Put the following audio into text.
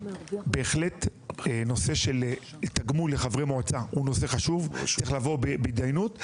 בהחלט נושא של תגמול לחברי מועצה הוא נושא חשוב שצריך לבוא להתדיינות,